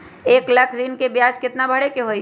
एक लाख ऋन के ब्याज केतना भरे के होई?